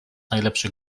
najlepsze